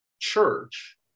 church